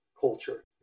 culture